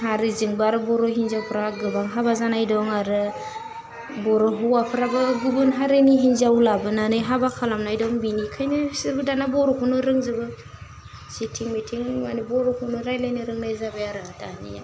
हारिजोंबो आरो बर' हिनजावफ्रा गोबां हाबा जानाय दं आरो बर' हौवाफ्राबो गुबुन हारिनि हिन्जाव लाबोनानै हाबा खालामनाय दं बेनिखायनो बिसोरबो दाना बर'खौनो रोंजोबो जेथिं मेथिं मानि बर'खौनो रायलायनो रोंनाय जाबाय आरो दानिया